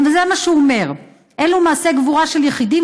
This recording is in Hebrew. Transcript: וזה מה שהוא אומר: אלו מעשי גבורה של יחידים,